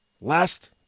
Last